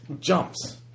jumps